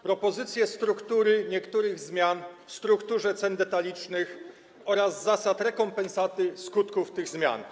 Propozycje struktury niektórych zmian w strukturze cen detalicznych oraz zasad rekompensaty skutków tych zmian.